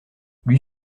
lui